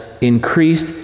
increased